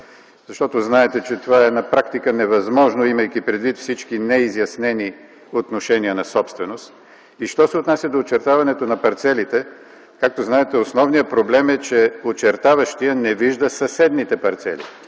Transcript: защото знаете, че това е на практика невъзможно, имайки предвид всички неизяснени отношения на собственост. Що се отнася до очертаването на парцелите, както знаете, основният проблем е, че очертаващият не вижда съседните парцели